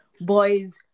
boys